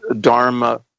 dharma